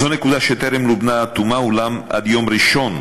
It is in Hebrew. זו נקודה שטרם לובנה עד תומה, אולם עד יום ראשון,